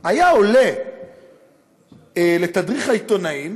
היה עולה לתדריך העיתונאים